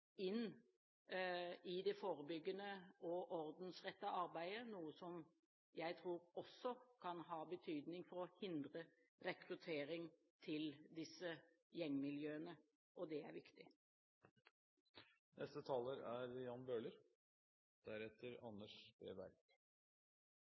inn i det forebyggende og ordensrettede arbeidet, noe jeg også tror kan ha betydning for å hindre rekruttering til disse gjengmiljøene. Det er viktig. Neste taler er Jan Bøhler